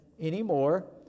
anymore